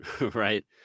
right